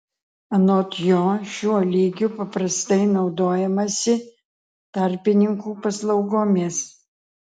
anot jo šiuo lygiu paprastai naudojamasi tarpininkų paslaugomis